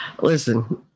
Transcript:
Listen